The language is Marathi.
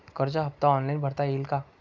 कर्ज हफ्ता ऑनलाईन भरता येईल का?